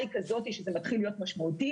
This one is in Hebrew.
היא כזאת שזה מתחיל להיות משמעותי.